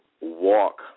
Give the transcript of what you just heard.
walk